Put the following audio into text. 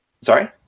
Sorry